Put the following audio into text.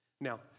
Now